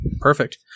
perfect